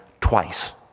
twice